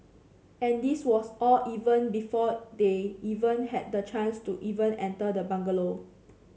and this was all even before they even had the chance to even enter the bungalow